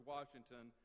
Washington